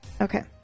Okay